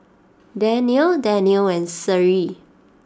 Danial Danial and Seri